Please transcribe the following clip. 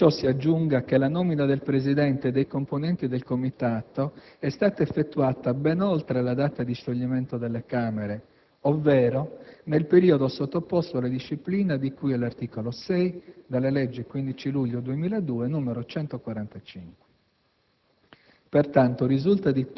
A ciò si aggiunga che la nomina del presidente e dei componenti del Comitato è stata effettuata ben oltre la data di scioglimento delle Camere, ovvero nel periodo sottoposto alla disciplina di cui all'articolo 6 della legge 15 luglio 2002, n. 145.